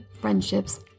friendships